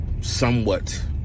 Somewhat